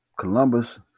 Columbus